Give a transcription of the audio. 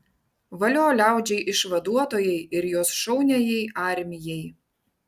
valio liaudžiai išvaduotojai ir jos šauniajai armijai